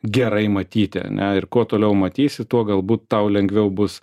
gerai matyti ane ir kuo toliau matysi tuo galbūt tau lengviau bus